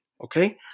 okay